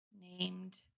named